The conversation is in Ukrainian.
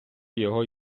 його